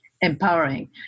empowering